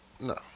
No